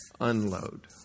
Unload